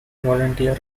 volunteer